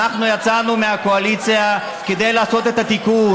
אנחנו יצאנו מהקואליציה כדי לעשות את התיקון,